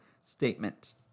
statement